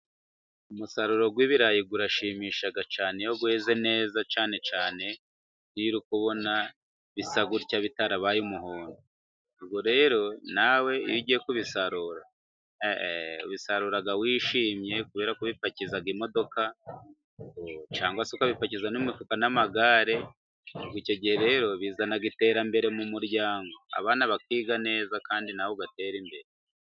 Umusaruro w'ibirayi urashimisha cyane iyo weze neza cyane cyane iyo uri kubona bisa gutya, bitarabaye umuhondo. Ubwo rero nawe iyo ugiye kubisarura, ubisarura wishimye kubera ko ubipakiza imodoka cyangwa se ukabipakiza n'imifuka n'amagare, icyo gihe rero bizana iterambere mu muryango, abana bakiga neza, kandi nawe ugatera imbere.